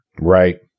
Right